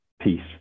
peace